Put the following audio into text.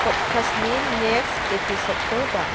पडकास्टनि next एपिसदखौ दाम